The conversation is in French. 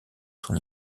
son